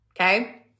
Okay